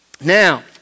Now